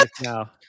now